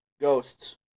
Ghosts